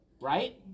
right